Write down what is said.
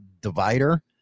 divider